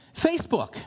Facebook